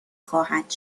خواهد